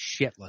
shitless